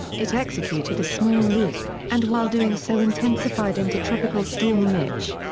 it executed a small loop, and while doing so intensified into tropical storm mitch.